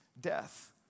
death